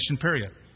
period